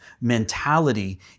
mentality